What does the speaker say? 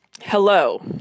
Hello